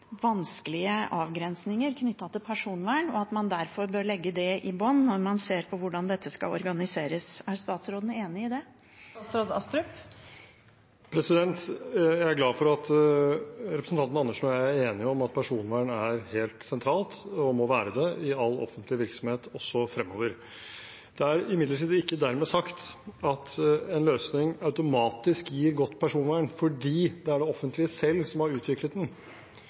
derfor bør ligge i bunnen når man ser på hvordan dette skal organiseres. Er statsråden enig i det? Jeg er glad for at representanten Andersen og jeg er enige om at personvernet er helt sentralt og må være det i all offentlig virksomhet også fremover. Det er imidlertid ikke dermed sagt at en løsning automatisk gir godt personvern fordi det er det offentlige selv som har utviklet den.